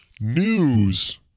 News